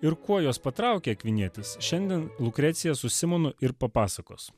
ir kuo jos patraukė akvinietis šiandien lukrecija su simonu ir papasakos